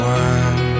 one